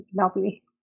lovely